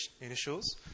initials